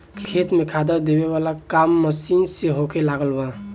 खेत में खादर देबे वाला काम मशीन से होखे लागल बा